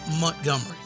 montgomery